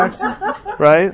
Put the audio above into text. right